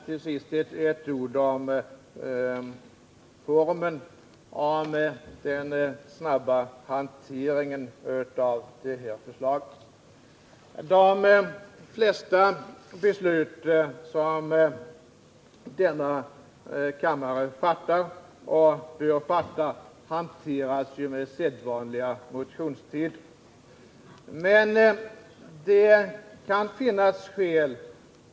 Till sist ett par ord om den snabba hanteringen av det här förslaget. De flesta beslut som denna kammare fattar på grundval av propositioner har föregåtts av sedvanlig motionstid.